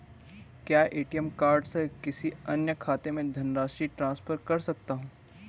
क्या ATM card से किसी अन्य खाते में धनराशि ट्रांसफर कर सकता हूँ?